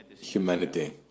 humanity